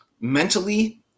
mentally